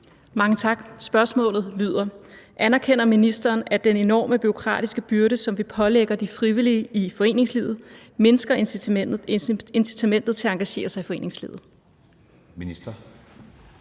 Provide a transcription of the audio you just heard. Mange tak. Spørgsmålet lyder: Anerkender ministeren, at den enorme bureaukratiske byrde, som vi pålægger de frivillige i foreningslivet, mindsker incitamentet til at engagere sig i foreningslivet? Kl.